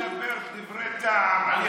הוא מדבר דברי טעם.